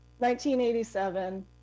1987